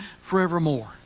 forevermore